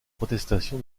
protestation